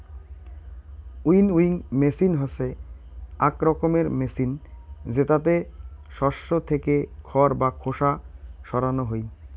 winnowing machine হসে আক রকমের মেচিন জেতাতে শস্য থেকে খড় বা খোসা সরানো হই